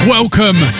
Welcome